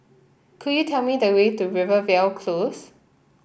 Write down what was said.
could you tell me the way to Rivervale Close